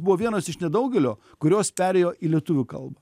buvo vienos iš nedaugelio kurios perėjo į lietuvių kalbą